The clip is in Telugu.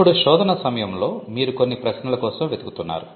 ఇప్పుడు శోధన సమయంలో మీరు కొన్ని ప్రశ్నల కోసం వెతుకుతున్నారు